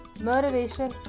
motivation